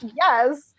Yes